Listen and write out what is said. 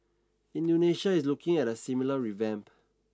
Indonesia is looking at a similar revamp